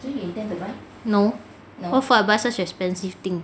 no what for I buy so expensive thing